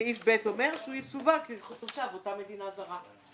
סעיף ב' אומר שהוא יסווג כתושב אותה מדינה זרה.